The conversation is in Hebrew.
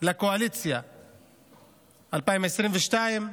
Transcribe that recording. לקואליציה ב-2022,